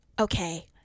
Okay